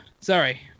Sorry